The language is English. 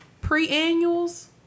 pre-annuals